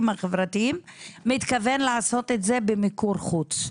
חברתיים מתכוון לעשות את זה במיקור חוץ,